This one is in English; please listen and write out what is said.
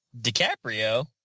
DiCaprio